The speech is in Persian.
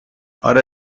اره